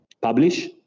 publish